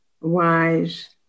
wise